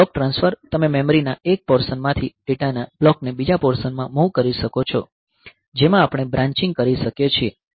પછી block transfer તમે મેમરીના એક પોર્શન માંથી ડેટાના બ્લોકને બીજા પોર્શનમાં મૂવ કરી શકો છો જેમાં આપણે બ્રાન્ચિંગ કરી શકીએ છીએ